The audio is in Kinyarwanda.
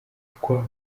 twa